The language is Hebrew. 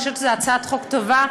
אני חושבת שזו הצעת חוק טובה,